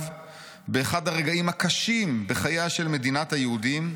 באחד הרגעים הקשים בחייה של מדינת היהודים,